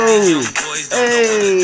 hey